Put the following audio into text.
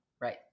Right